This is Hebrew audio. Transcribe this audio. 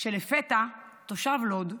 כשלפתע תושב לוד,